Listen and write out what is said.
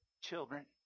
children